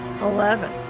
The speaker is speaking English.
Eleven